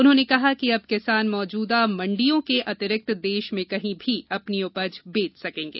उन्होंने कहा कि अब किसान मौजूदा मंडियों के अतिरिक्त देश में कहीं भी अपनी उपज बेच सकेंगे